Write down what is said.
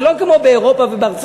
זה לא כמו באירופה ובארצות-הברית.